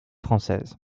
française